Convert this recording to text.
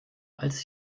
als